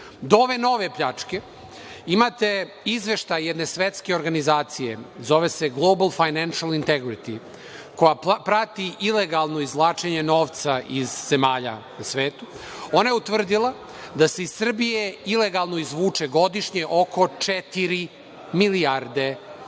do ove nove pljačke. Imate izveštaj jedne Svetske organizacije zove se „Global fanenšl integriti“ koja prati ilegalno izvlačenje novca iz zemalja u svetu. Ona je utvrdila da se iz Srbije ilegalno izvuče godišnje oko četiri milijarde